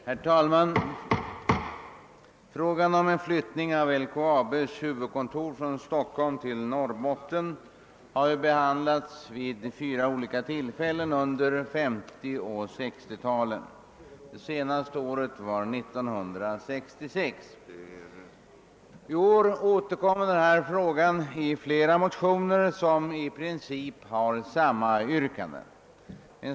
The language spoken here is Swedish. Herr talman! Frågan om flyttning av LKAB:s huvudkontor från Stockholm till Norrbotten har behandlats vid fyra olika tillfällen under 1950 och 1960 talen — senaste året var 1966. I år återkommer frågan i flera motioner, som i princip har samma yrkande.